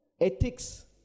ethics